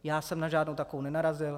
Já jsem na žádnou takovou nenarazil.